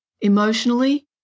emotionally